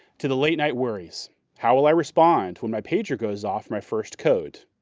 to the late-night worries how will i respond when my pager goes off my first coat?